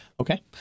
Okay